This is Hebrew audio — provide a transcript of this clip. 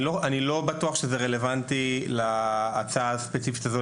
אני לא בטוח שזה רלוונטי להצעה הספציפית הזו,